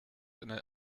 eine